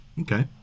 Okay